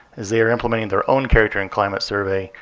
as they are implementing their own character and climate survey.